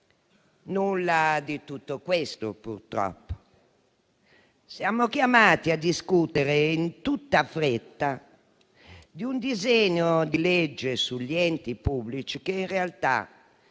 Nulla di tutto questo, purtroppo. Siamo chiamati a discutere in tutta fretta di un disegno di legge sugli enti pubblici che in realtà